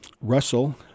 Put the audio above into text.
Russell